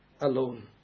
alone